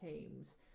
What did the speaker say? teams